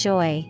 Joy